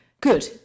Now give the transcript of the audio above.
Good